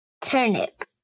Turnip